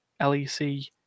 LEC